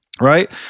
right